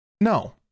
No